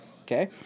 okay